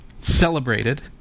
celebrated